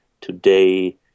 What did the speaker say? today